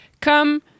come